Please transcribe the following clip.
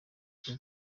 kuri